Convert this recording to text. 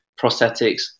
prosthetics